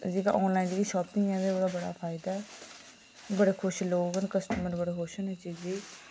ते जेह्का आनलाइन जेह्ड़ी शापिंग ऐ ते उ'दा बड़ा फायदा ऐ बड़े खुश लोक न कस्टमर बड़े खुश न इस चीजै ई